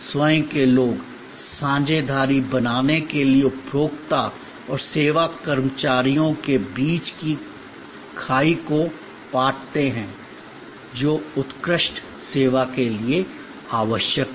स्वयं के लोग साझेदारी बनाने के लिए उपभोक्ता और सेवा कर्मचारियों के बीच की खाई को पाटते हैं जो उत्कृष्ट सेवा के लिए आवश्यक है